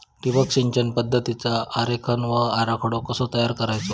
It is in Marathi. ठिबक सिंचन पद्धतीचा आरेखन व आराखडो कसो तयार करायचो?